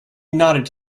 nodded